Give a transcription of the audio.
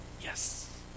Yes